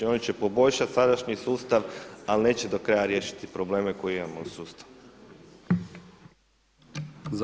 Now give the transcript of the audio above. Oni će poboljšati sadašnji sustav, ali neće do kraja riješiti probleme koje imamo u sustavu.